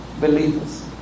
believers